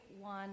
one